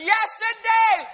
Yesterday